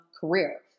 career